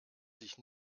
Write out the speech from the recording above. sich